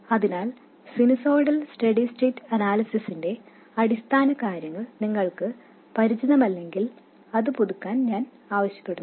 അതിനാൽ sinusoidal steady state അനാലിസിസിന്റെ അടിസ്ഥാനകാര്യങ്ങൾ നിങ്ങൾക്ക് പരിചിതമല്ലെങ്കിൽ അത് പുതുക്കാൻ ഞാൻ ആവശ്യപ്പെടുന്നു